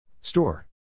Store